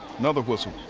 another whistle.